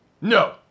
No